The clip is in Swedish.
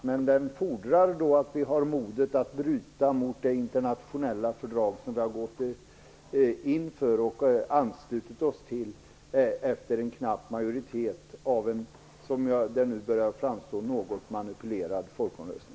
Men den fordrar att vi har modet att bryta mot det internationella fördrag som vi har gått in för och anslutit oss till efter en knapp majoritet som följd av en, som det nu börjar framstå, något manipulerad folkomröstning.